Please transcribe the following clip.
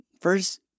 First